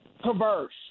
perverse